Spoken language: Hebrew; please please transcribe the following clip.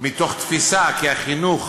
מתוך תפיסה כי החינוך